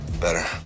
Better